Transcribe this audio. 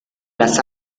las